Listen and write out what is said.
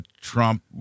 Trump